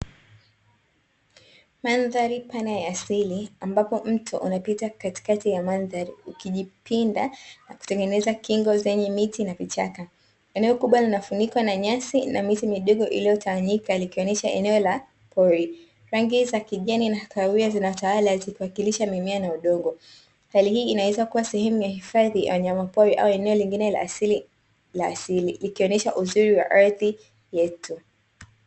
Mandhari pana ya asili ambapo mto unapita katikati ya mandhari, ukijipinda na kutengeneza kingo zenye miti na vichaka. Eneo kubwa linafunikwa na nyasi na miti midogo iliyo tawanyika, likionesha eneo la pori. Rangi za kijani na kahawia zinatawala zikiwakilisha mimea na udongo. Hali hii inaweza kuwa sehemu ya hifadhi la wanyama pori au eneo la asili, likionesha uzuri wa ardhi yetu.